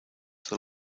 for